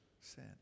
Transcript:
sin